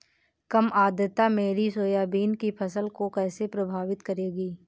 कम आर्द्रता मेरी सोयाबीन की फसल को कैसे प्रभावित करेगी?